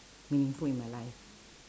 meaningful in my life